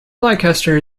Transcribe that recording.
leicester